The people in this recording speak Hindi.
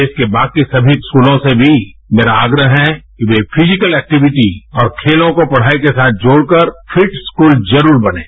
देश के बाकी समी स्कूलों से भी मेरा आग्रह है कि वे फिजिकल एक्टिविटी और खेलों को पढ़ाई के साथ जोड़कर फिट स्कूल जरूर बनें